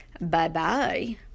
Bye-bye